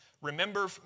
Remember